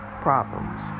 problems